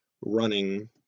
running